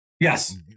Yes